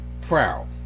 Proud